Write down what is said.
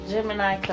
Gemini